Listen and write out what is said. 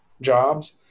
jobs